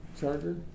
charger